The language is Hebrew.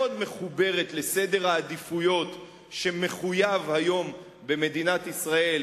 מאוד מחוברת לסדר העדיפויות שמחויב היום במדינת ישראל